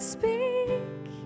speak